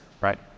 right